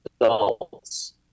adults